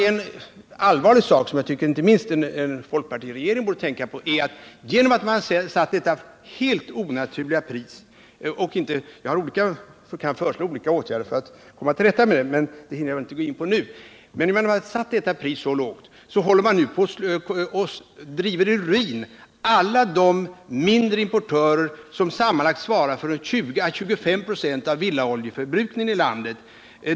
En allvarlig sak, som jag tycker att inte minst en folkpartiregering borde tänka på, är att man, genom att man satt detta helt onaturligt låga pris — jag kan föreslå olika åtgärder för att man skall komma till rätta med det, men det hinner jag inte gå in på nu — håller på att driva iruinoch Nr 94 konkurs alla de mindre importörer som sammanlagt svarar för 20-25 96 av Fredagen den villaoljeförsäljningen i landet.